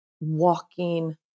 walking